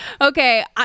Okay